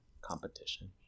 competition